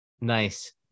Nice